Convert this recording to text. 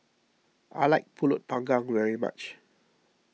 I like Pulut Panggang very much